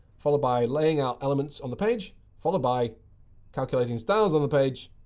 followed by laying out elements on the page, followed by calculating styles on the page,